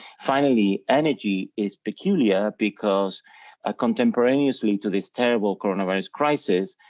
finally, energy is peculiar, because a contemporaneously to this terrible coronavirus crisis,